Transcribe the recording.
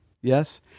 Yes